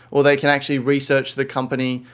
or they can actually research the company.